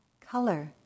color